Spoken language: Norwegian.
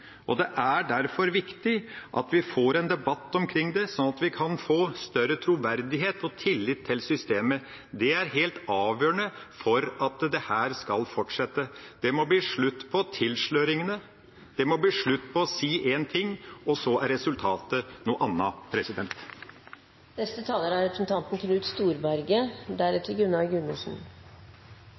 derfor viktig at vi får en debatt omkring det, sånn at det kan få større troverdighet, og sånn at vi kan få tillit til systemet. Det er helt avgjørende for at dette skal fortsette. Det må bli slutt på tilsløringene. Det må bli slutt på å si én ting – og så er resultatet noe